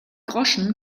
groschen